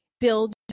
Build